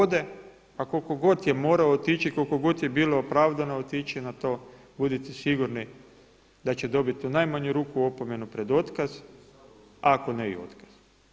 Ako ode, a koliko god je morao otići, koliko god je bilo opravdano otići na to budite sigurni da će dobiti u najmanju ruku opomenu pred otkaz a ako ne i otkaz.